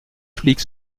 flic